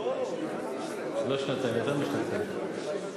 לא שנתיים, יותר משנתיים.